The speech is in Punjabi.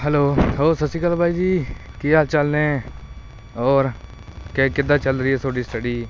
ਹੈਲੋ ਹੋ ਸਤਿ ਸ਼੍ਰੀ ਅਕਾਲ ਬਾਈ ਜੀ ਕੀ ਹਾਲ ਚਾਲ ਨੇ ਹੋਰ ਕਿ ਕਿੱਦਾਂ ਚੱਲ ਰਹੀ ਹੈ ਤੁਹਾਡੀ ਸਟੱਡੀ